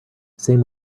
same